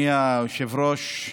אדוני היושב-ראש,